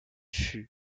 fut